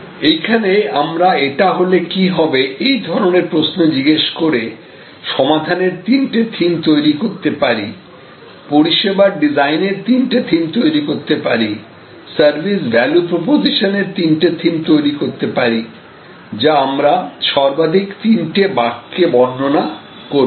এইখানে আমরা "এটা হলে কি হবে" এই ধরনের প্রশ্ন জিজ্ঞেস করে সমাধানের তিনটি থিম তৈরি করতে পারি পরিষেবার ডিজাইনের তিনটে থিম তৈরি করতে পারি সার্ভিস ভ্যালু প্রপোজিশন এর তিনটে থিম তৈরি করতে পারি যা আমরা সর্বাধিক তিনটি বাক্যে বর্ণনা করব